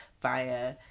via